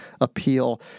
appeal